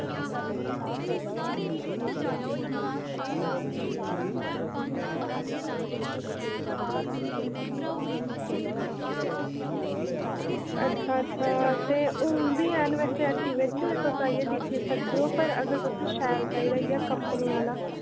अच्छा अच्छा ते हून बी हैन बैसे हट्टी बिच्च तुस दिक्खी सकदे ओ पर अगर तुसें शैल चाहिदा कंपनी आह्ला